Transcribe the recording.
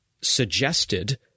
suggested